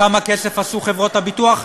כמה כסף עשו חברות הביטוח?